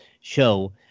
show